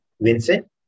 Vincent